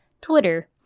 Twitter